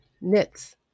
knits